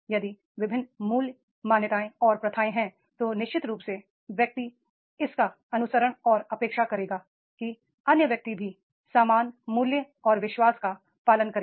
यदि विभिन्न मूल्य मान्यताएँ और प्रथाएँ हैं तो निश्चित रूप से व्यक्ति इसका अनुसरण और अपेक्षा करेगा कि अन्य व्यक्ति भी समान मूल्यों और विश्वास का पालन करें